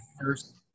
first